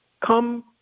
come